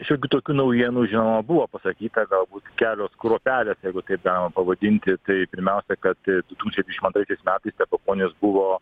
šiokių tokių naujienų žinoma buvo pasakyta galbūt kelios kruopelės jeigu tai taip galima pavadinti tai pirmiausia kad du tūkstančiai dvidešim antraisiais metais stepukonis buvo